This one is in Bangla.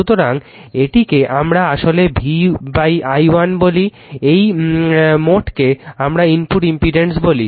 সুতরাং এটিকে আমরা আসলে Vi1 বলি এই মোটকে আমরা ইনপুট ইম্পিডেন্স বলি